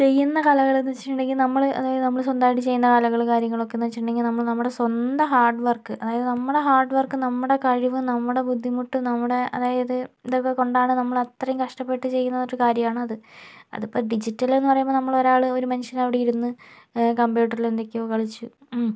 ചെയ്യുന്ന കലകളെന്ന് വെച്ചിട്ടുണ്ടെങ്കിൽ നമ്മള് അതായത് നമ്മള് സ്വന്തമായിട്ട് ചെയ്യുന്ന കലകൾ കാര്യങ്ങളെന്നൊക്കെ വെച്ചിട്ടുണ്ടെങ്കിൽ നമ്മള് നമ്മുടെ സ്വന്തം ഹാർഡ്വർക്ക് അതായത് നമ്മുടെ ഹാർഡ്വർക്ക് നമ്മുടെ കഴിവ് നമ്മുടെ ബുദ്ധിമുട്ട് നമ്മുടെ അതായത് ഇതൊക്കെ കൊണ്ടാണ് നമ്മള് അത്രയും കഷ്ട്ടപെട്ട് ചെയ്യുന്ന ഒരു കാര്യമാണ് അത് അടുത്ത ഡിജിറ്റലെന്ന് പറയുമ്പോൾ നമ്മള് ഒരാള് ഒരു മനുഷ്യനവിടെ ഇരുന്ന് കമ്പ്യൂട്ടറിലെന്തെക്കയോ കളിച്ച്